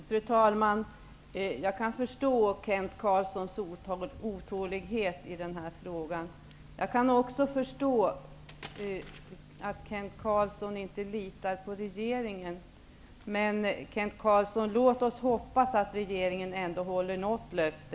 Fru talman! Jag kan förstå Kent Carlssons otålighet i den här frågan. Jag kan också förstå att Kent Carlsson inte litar på regeringen. Men, Kent Carlsson, låt oss hoppas att regeringen ändå håller något löfte.